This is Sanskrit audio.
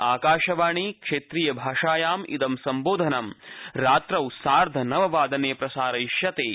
आकाशवाणी क्षेत्रीय भाषायां इदं सम्बोधनं रात्रौ सार्ध नव वादने प्रसारयिष्यति इति